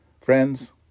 Friends